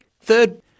Third